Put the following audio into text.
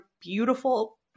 beautiful